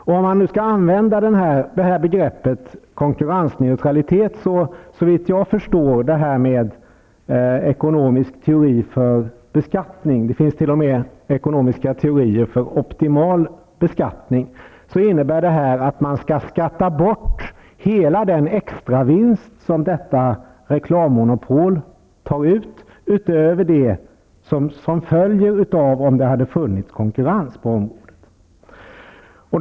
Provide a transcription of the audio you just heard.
Om man nu skall använda begreppet konkurrensneutralitet innebär det här enligt ekonomisk teori för beskattning -- det finns t.o.m. ekonomiska teorier för optimal beskattning -- att man skall skatta bort hela den extravinst som detta reklammonopol tar ut, utöver den vinst som man hade kunnat få om det hade funnits konkurrens på området.